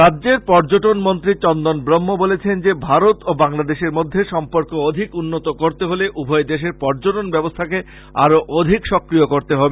রাজ্যের পর্যটন মন্ত্রী চন্দন ব্রম্ম বলেছেন যে ভারত ও বাংলাদেশের মধ্যে সম্পর্ক অধিক উন্নত করতে হলে উভয় দেশের পর্যটন ব্যবস্থাকে আরো অধিক সক্রিয় করতে হবে